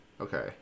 Okay